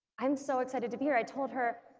i'm so excited to be here, i told her